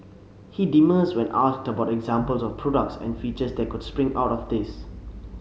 he demurs when asked about examples of products and features that could spring out of this